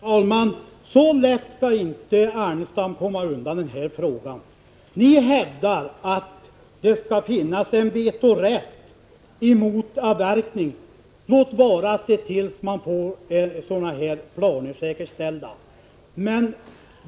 Fru talman! Så lätt skall inte Ernestam komma undan den här frågan. Ni hävdar att det skall finnas en vetorätt mot avverkning till dess att man fått säkerställandeplaner.